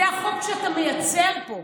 זה החוק שאתה מייצר פה.